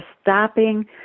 stopping